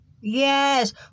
Yes